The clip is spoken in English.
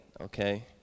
Okay